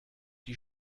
die